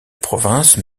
province